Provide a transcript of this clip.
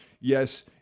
yes